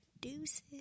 Deuces